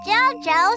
Jojo